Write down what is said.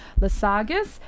lasagas